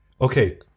okay